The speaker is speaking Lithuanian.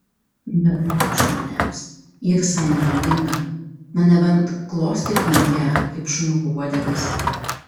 bet mums žmonėms ji visai nenaudinga na nebent glostytumėm ją kaip šuniukų uodegas